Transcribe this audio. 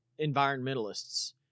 environmentalists